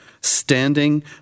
Standing